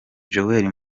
jolie